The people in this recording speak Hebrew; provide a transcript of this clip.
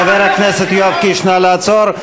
חבר הכנסת יואב קיש, נא לעצור.